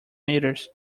meters